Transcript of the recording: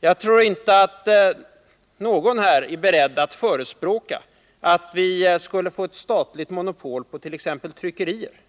Jag tror inte att någon här är beredd att förespråka ett statligt monopol på t.ex. tryckerier.